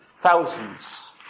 Thousands